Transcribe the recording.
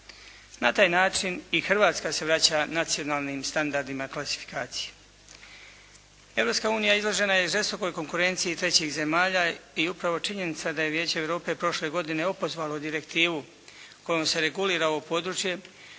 Na taj način i Hrvatska se vraća nacionalnim standardima klasifikacije. Europska unija izložena je žestokoj konkurenciji trećih zemalja i upravo činjenica da je Vijeće Europe prošle godine opozvalo direktivu kojom se regulira ovo područje